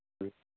ꯑꯥ